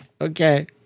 okay